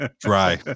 dry